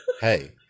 hey